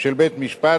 של בית-משפט,